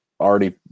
already –